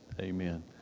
Amen